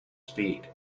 speed